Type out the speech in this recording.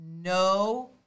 No